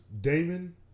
Damon